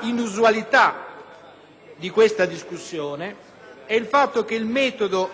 l'inusualità di questa discussione ed il fatto che il metodo